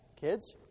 kids